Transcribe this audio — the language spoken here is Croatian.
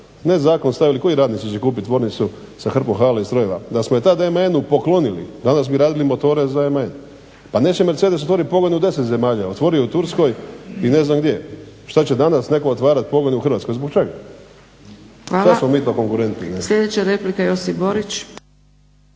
ne zakon stavili, koji radnici će kupiti tvornicu sa hrpom hala i strojeva, da smo je tada …/Ne razumije se./… poklonili danas bi radili motore za MN, a neće Mercedes otvoriti pogon u 10 zemalja, otvorio je u Turskoj i ne znam gdje, šta će danas netko otvarati pogone u Hrvatskoj, zbog čega? **Zgrebec,